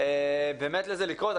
באמת לזה לקרות.